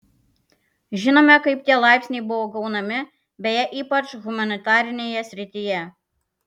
žinome kaip tie laipsniai buvo gaunami beje ypač humanitarinėje srityje